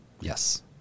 Yes